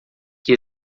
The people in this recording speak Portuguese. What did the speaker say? que